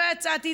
לא יצאתי,